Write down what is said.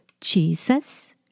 Jesus